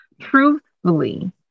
truthfully